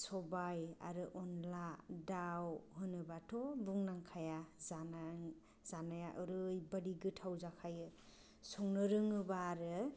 सबाय आरो अनद्ला दाउ होनोब्लाथ' बुंनांलाखाया जानाया जानाया ओरैबायदि गोथाव जाखायो संनो रोङोब्ला आरो